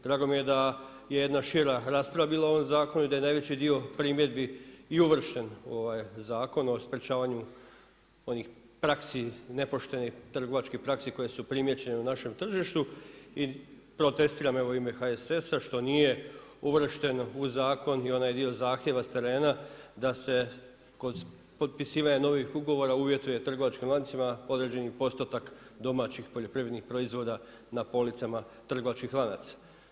Drago mi je da je jedna šira rasprava bila o ovom zakonu i da je najveći dio primjedbi i uvršten u ovaj zakon o sprečavanju onih nepoštenih trgovačkih praksi koje su primijećene u našem tržištu i protestiram u ime HSS-a što nije uvršten u zakon i onaj dio zahtjeva s terena da se kod potpisivanja novih ugovora uvjetuje trgovačkim lancima određeni postotak domaćih poljoprivrednih proizvoda na policama trgovačkih lanaca.